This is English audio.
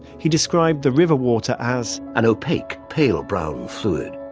he described the river water as, an opaque, pale brown fluid,